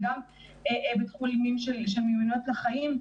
וגם בתחומים של מיומנויות לחיים,